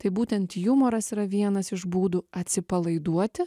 tai būtent jumoras yra vienas iš būdų atsipalaiduoti